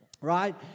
Right